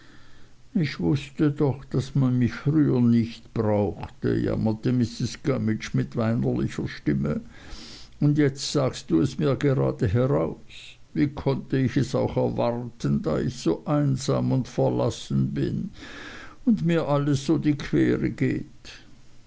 ich wußte doch daß man mich früher nicht brauchte jammerte mrs gummidge mit weinerlicher stimme und jetzt sagst du es mir gerade heraus wie konnte ich es auch erwarten da ich so einsam und verlassen bin und mich alles so die quere geht